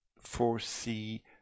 foresee